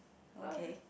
okay